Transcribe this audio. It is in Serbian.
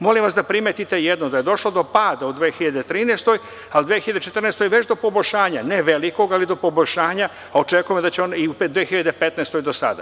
Molim vas da primetite jedno, da je došlo do pada u 2013. godini, a u 2014. godini već do poboljšanja, ne velikog, ali do poboljšanja, a očekujemo da će i u 2015. godini, do sada.